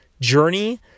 journey